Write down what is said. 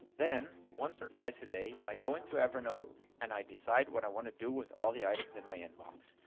then, once or twice a day, i go into evernote and i decide what i wanna do with all the items in my inbox.